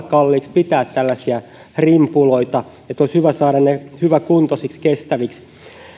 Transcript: kalliiksi pitää tällaisia rimpuloita olisi hyvä saada ne hyväkuntoisiksi kestäviksi